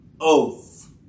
oath